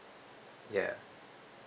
ya